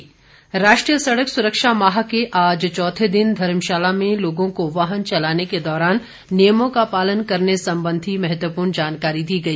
सड़क सुरक्षा राष्ट्रीय सड़क सुरक्षा माह के आज चौथे दिन धर्मशाला में लोगों को वाहन चलाने के दौरान नियमों का पालन करने संबंधी महत्वपूर्ण जानकारी दी गई